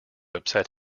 upset